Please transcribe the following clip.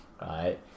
right